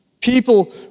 People